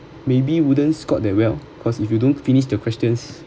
maybe wouldn't score that well because if you don't finish the questions